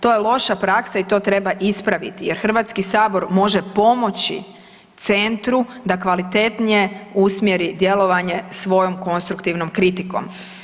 To je loša praksa i to treba ispraviti jer Hrvatski sabor može pomoći centru da kvalitetnije usmjeri djelovanje svojom konstruktivnom kritikom.